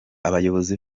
abayobozi